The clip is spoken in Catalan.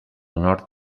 nord